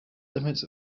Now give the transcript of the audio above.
limits